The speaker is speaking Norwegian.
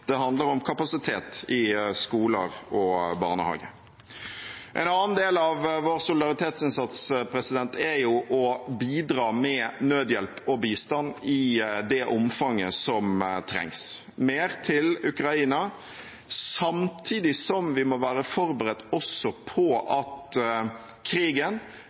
det handler om kapasitet i skoler og barnehager. En annen del av vår solidaritetsinnsats er å bidra med nødhjelp og bistand i det omfanget som trengs, og mer til Ukraina. Samtidig må vi også være forberedt på at krigen